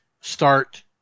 start